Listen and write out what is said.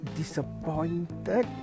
disappointed